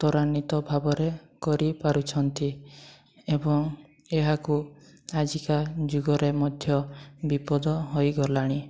ତ୍ଵରାନ୍ୱିତ ଭାବରେ କରିପାରୁଛନ୍ତି ଏବଂ ଏହାକୁ ଆଜିକା ଯୁଗରେ ମଧ୍ୟ ବିପଦ ହୋଇଗଲାଣି